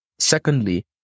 Secondly